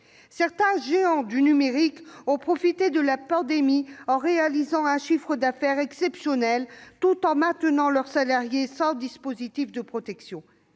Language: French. Certaines de ces entreprises ont profité de la pandémie en réalisant un chiffre d'affaires exceptionnel tout en laissant leurs salariés sans dispositif de protection.